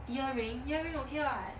earring earring okay [what]